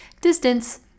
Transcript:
distance